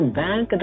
bank